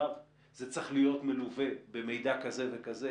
ו' זה צריך להיות מלווה במידע כזה וכזה,